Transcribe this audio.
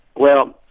well,